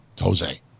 Jose